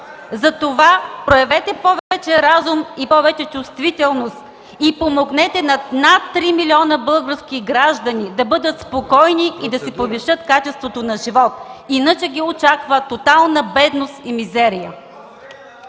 Затова проявете повече разум и повече чувствителност и помогне на над 3 милиона български граждани да бъдат спокойни и да повишат качеството си на живот. Иначе ги очаква тотална бедност и мизерия.